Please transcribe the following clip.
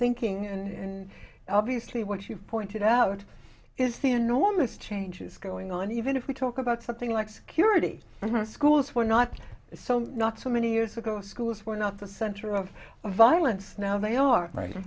thinking and obviously what you pointed out is the enormous changes going on even if we talk about something like security schools were not so not so many years ago schools were not the center of violence now they are right